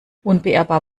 unbeirrbar